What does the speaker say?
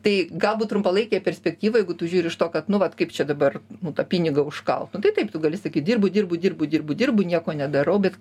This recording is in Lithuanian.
tai galbūt trumpalaikėj perspektyvoj jeigu tu žiūri iš to kad nu vat kaip čia dabar nu tą pinigą užkalt nu tai taip tu gali sakyt dirbu dirbu dirbu dirbu dirbu nieko nedarau bet